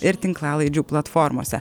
ir tinklalaidžių platformose